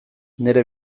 nire